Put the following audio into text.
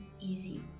easy